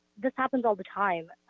this happens all the time.